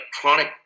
chronic